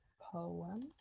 poem